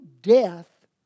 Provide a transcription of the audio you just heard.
death